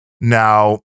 Now